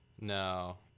No